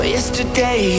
Yesterday